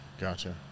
gotcha